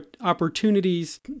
opportunities